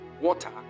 water